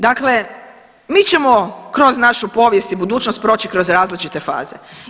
Dakle, mi ćemo kroz našu povijest i budućnost proći kroz različite faze.